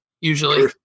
usually